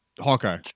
Hawkeye